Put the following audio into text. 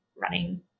running